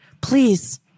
Please